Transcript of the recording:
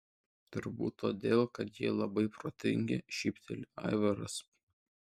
turbūt todėl kad jie labai protingi šypteli aivaras